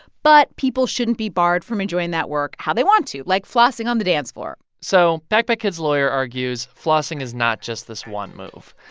but people shouldn't be barred from enjoying that work how they want to, like flossing on the dance floor so backpack kid's lawyer argues flossing is not just this one move.